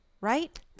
right